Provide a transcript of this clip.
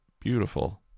beautiful